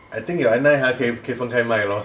I think your I nine 还可以可以分开卖 lor